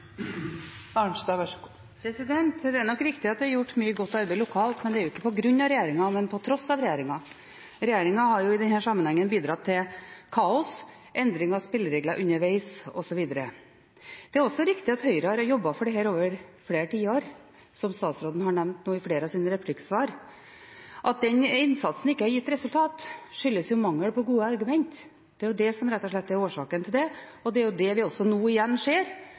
gjort mye godt arbeid lokalt, men det er jo ikke på grunn av regjeringen, det er på tross av regjeringen. Regjeringen har i denne sammenhengen bidratt til kaos, endring av spilleregler underveis, osv. Det er også riktig at Høyre har jobbet for dette over flere tiår, som statsråden har nevnt i flere av sine replikksvar. At den innsatsen ikke har gitt resultat, skyldes jo mangel på gode argumenter. Det er det som rett og slett er årsaken til det, og det er jo det vi nå igjen ser,